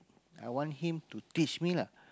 I want him to teach me lah